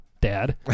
dad